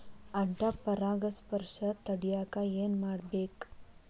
ಅಡ್ಡ ಪರಾಗಸ್ಪರ್ಶ ತಡ್ಯಾಕ ಏನ್ ಮಾಡ್ಬೇಕ್?